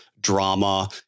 drama